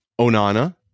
Onana